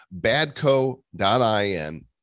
badco.in